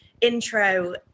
intro